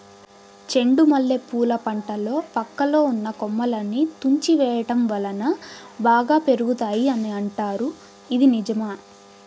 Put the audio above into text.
చెండు మల్లె పూల పంటలో పక్కలో ఉన్న కొమ్మలని తుంచి వేయటం వలన బాగా పెరుగుతాయి అని అంటారు ఇది నిజమా?